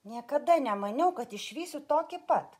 niekada nemaniau kad išvysiu tokį pat